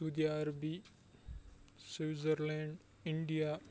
سعودی عربی Switzerland India